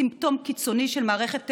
סימפטום קיצוני של מערכת אמונות,